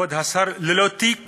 כבוד השר ללא תיק